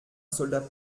soldat